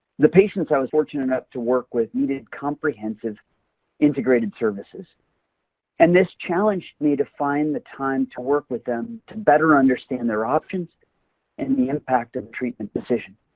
the patients i was fortunate enough to work with needed comprehensive integrated services and this challenge me to find the time to work with them to better understand their options and the impact of treatment decision.